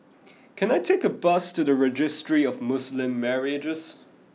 can I take a bus to the Registry of Muslim Marriages